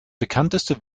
bekannteste